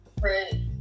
Right